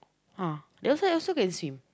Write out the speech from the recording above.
ah the other side also can seem